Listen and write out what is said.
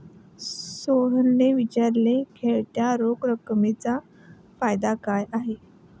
सोहेलने विचारले, खेळत्या रोख रकमेचे फायदे काय आहेत?